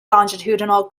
longitudinal